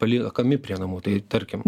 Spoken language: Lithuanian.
paliekami prie namų tai tarkim